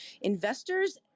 investors